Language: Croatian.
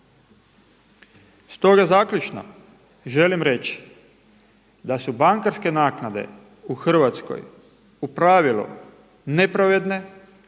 Stoga zaključno želim reći, da su bankarske naknade u Hrvatskoj u pravilu nepravedne,